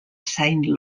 saint